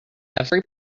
every